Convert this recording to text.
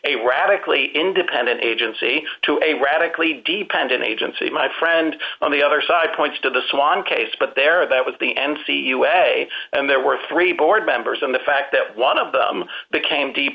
a radically independent agency to a radically dependent agency my friend on the other side points to the swan case but there that was the n c usa and there were three board members and the fact that one of them became de